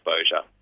exposure